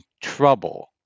trouble